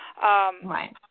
Right